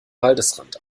waldesrand